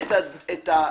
אליו,